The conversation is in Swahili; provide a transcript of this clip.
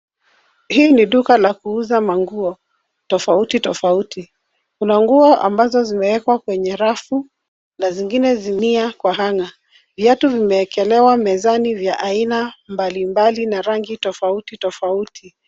Hii ni duka la kuuza manguo tofauti tofauti, kuna nguo ambazo zimeekwa kwenye rafu na zingine zimening'inia kwa hanger .Viatu vimewekelewa mezani vya aina mbalimbali na rangi tofauti tofauti.